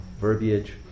verbiage